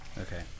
Okay